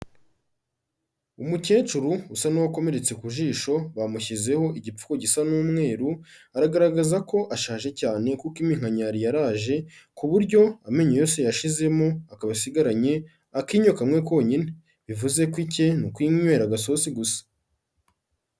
Umukecuru usa n'uwakomeretse ku jisho, bamushyizeho igipfuko gisa n'umweruru, aragaragaza ko ashaje cyane kuko iminkanyari yaraje ku buryo amenyo yose yashizemo, akaba asigaranye akinyo kamwe konyine, bivuze ko icye ni ukwinywera agasosi gusa.